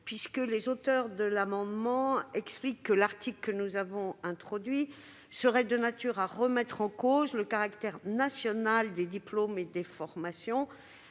faire. Les auteurs des amendements estiment que l'article que nous avons introduit serait de nature à remettre en cause le caractère national des diplômes et des formations.